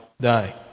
die